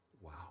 wow